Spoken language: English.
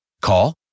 Call